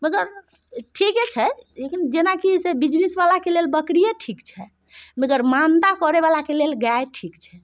मगर ठीके छै लेकिन जेनाकि से बिजनेसवलाके लेल बकरिए ठीक छै मगर मान्यता करयवलाके लेल गाय ठीक छै